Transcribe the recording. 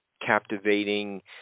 captivating